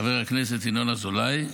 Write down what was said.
חבר הכנסת ינון אזולאי,